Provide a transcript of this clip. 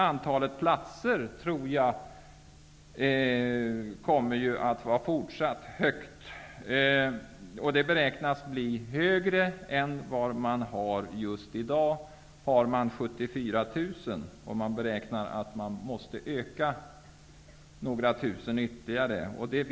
Antalet platser tror jag däremot kommer att vara fortsatt stort. Det beräknas bli större än det är i dag, 74 000 om man beräknar att man måste öka med några tusen ytterligare platser.